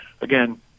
again